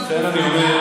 לכן,